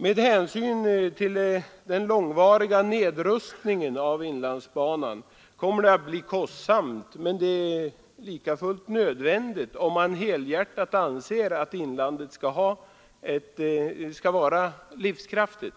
Med hänsyn till den långvariga nedrustningen av inlandsbanan kommer det att bli kostsamt, men det är likafullt nödvändigt, om man helhjärtat anser att inlandet skall vara livskraftigt.